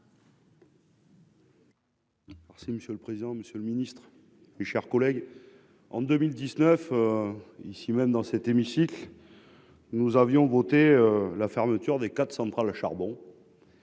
Monsieur le président, monsieur le ministre, mes chers collègues, en 2019, ici même, dans cet hémicycle, nous avions voté la fermeture des quatre centrales à charbon